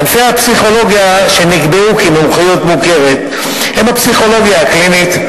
ענפי הפסיכולוגיה שנקבעו כמומחיות מוכרת הם הפסיכולוגיה הקלינית,